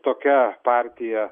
tokia partija